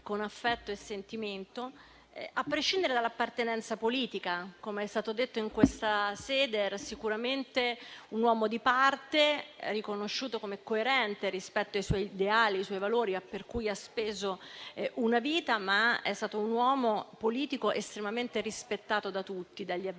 con affetto e sentimento, a prescindere dall'appartenenza politica. Come è stato detto in questa sede, egli era sicuramente un uomo di parte, riconosciuto come coerente rispetto ai suoi ideali e ai suoi valori, per cui ha speso una vita. È stato, però, un uomo politico estremamente rispettato da tutti, dagli avversari